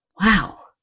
wow